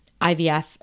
IVF